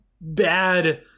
bad